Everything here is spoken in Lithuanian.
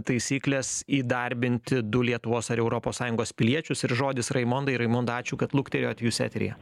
taisyklės įdarbinti du lietuvos ar europos sąjungos piliečius ir žodis raimondai raimonda ačiū kad luktelėjot jūs eteryje